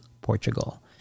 Portugal